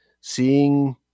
seeing